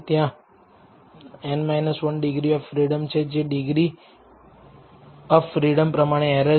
ત્યાં n 1 degree of freedom છે જે ડિગ્રી ઓફ ફ્રીડમ પ્રમાણે એરર છે